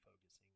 focusing